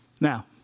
Now